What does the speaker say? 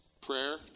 Prayer